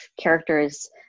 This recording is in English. characters